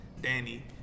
Danny